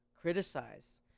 criticize